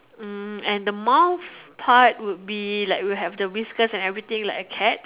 mm and the mouth part would be have the whiskers and everything like a cat